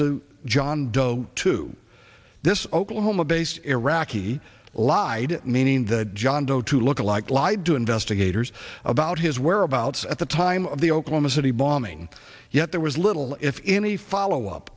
to john doe two this oklahoma based iraqi lied meaning that john doe to look like lied to investigators about his whereabouts at the time of the oklahoma city bombing yet there was little if any follow up